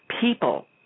people